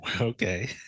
okay